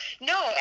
no